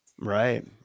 Right